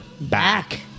back